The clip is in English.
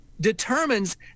determines